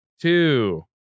two